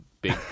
big